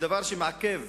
דבר שמעכב